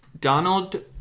Donald